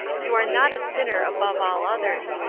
you are not a sinner above all others.